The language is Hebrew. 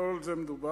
לא על זה מדובר,